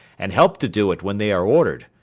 and help to do it when they are ordered.